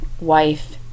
wife